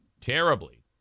terribly